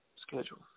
schedule